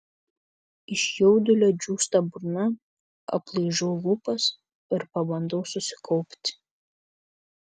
iš jaudulio džiūsta burna aplaižau lūpas ir pabandau susikaupti